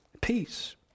Peace